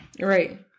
Right